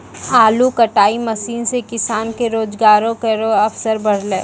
आलू कटाई मसीन सें किसान के रोजगार केरो अवसर बढ़लै